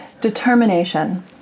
Determination